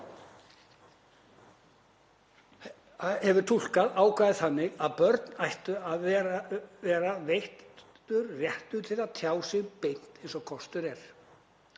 hefur túlkað ákvæðið þannig að börnum ætti að vera veittur réttur til að tjá sig beint eins og kostur er.